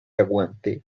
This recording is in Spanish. aguante